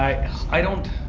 i i don't,